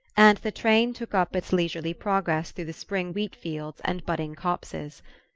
and the train took up its leisurely progress through the spring wheat-fields and budding copses.